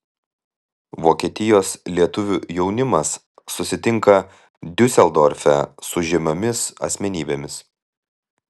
vokietijos lietuvių jaunimas susitinka diuseldorfe su žymiomis asmenybėmis